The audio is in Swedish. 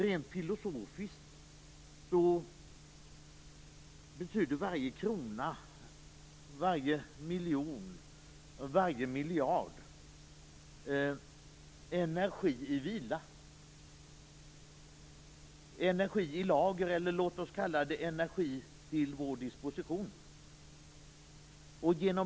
Rent filosofiskt betyder varje krona, varje miljon, varje miljard energi i vila, energi i lager, eller låt oss kalla det energi till vår disposition.